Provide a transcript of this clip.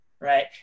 right